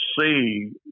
see